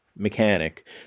mechanic